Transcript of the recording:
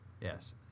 Yes